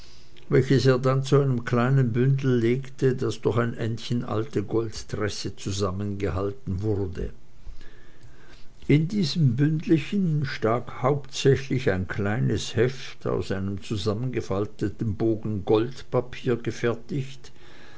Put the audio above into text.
welches er dann zu einem kleinen bündel legte das durch ein endchen alte goldtresse zusammengehalten wurde in diesem bündelchen stak hauptsächlich ein kleines heft aus einem zusammengefalteten bogen goldpapier gefertigt